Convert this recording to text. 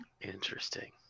Interesting